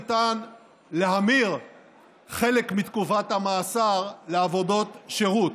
ניתן להמיר חלק מתקופת המאסר לעבודות שירות,